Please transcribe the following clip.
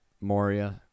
Moria